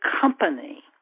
company